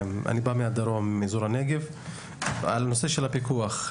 אני בא מהדרום, מאזור הנגב, על הנושא של הפיקוח.